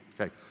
okay